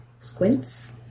Squints